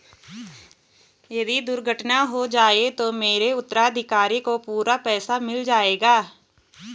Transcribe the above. यदि दुर्घटना हो जाये तो मेरे उत्तराधिकारी को पूरा पैसा मिल जाएगा?